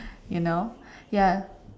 you know ya